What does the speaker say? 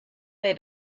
they